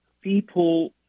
people